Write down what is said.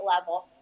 level